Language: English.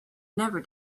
never